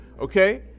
okay